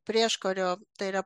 prieškario tai yra